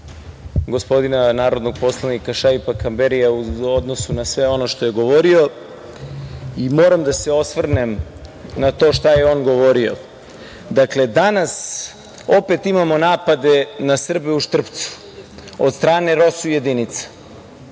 gospodina narodnog poslanika Šaipa Kamberija u odnosu na sve ono što je govorio. Moram da se osvrnem na to šta je on govorio. Dakle, danas opet imamo napade na Srbe u Štrpcu od strane ROSU jedinica.